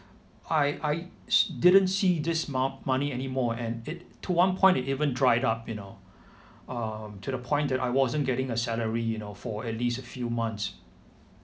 I I s~ didn't see this mo~ money anymore and it to one point it even dried up you know um to the point that I wasn't getting a salary you know for at least a few months